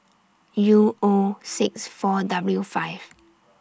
U O six four W five